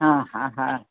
हा हा हा